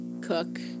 Cook